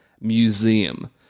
museum